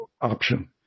option